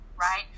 right